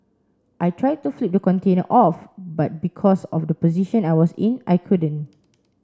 I tried to flip the container off but because of the position I was in I couldn't